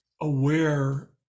aware